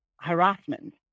harassment